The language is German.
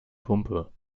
pumpe